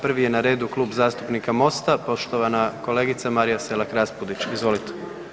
Prvi je na redu Klub zastupnika Mosta, poštovana kolegica Marija Selak Raspudić, izvolite.